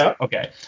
Okay